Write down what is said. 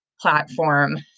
platform